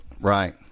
Right